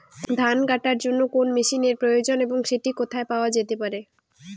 ধান কাটার জন্য কোন মেশিনের প্রয়োজন এবং সেটি কোথায় পাওয়া যেতে পারে?